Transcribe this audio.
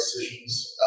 decisions